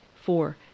Four